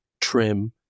trim